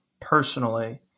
personally